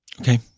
Okay